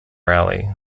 rally